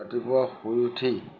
ৰাতিপুৱা শুই উঠি